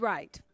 Right